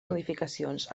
modificacions